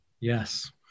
Yes